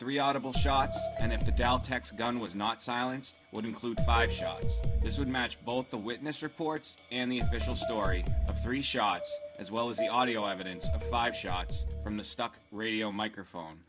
three audible shots and if the dow techs gun was not silenced would include five shots this would match both the witness reports and the official story three shots as well as the audio evidence five shots from the stock radio microphone